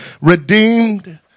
redeemed